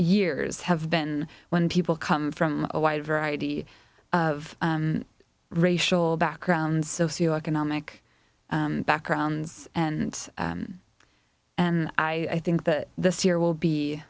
years have been when people come from a wide variety of racial backgrounds socioeconomic backgrounds and and i think that this year will be